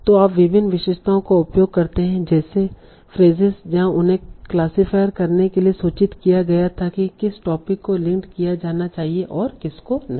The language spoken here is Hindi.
तो आप विभिन्न विशेषताओं का उपयोग करते हैं जैसे फ्रेसेस जहां उन्हें क्लासिफायर करने के लिए सूचित किया गया था कि किस टोपिक को लिंक्ड किया जाना चाहिए और किसको नहीं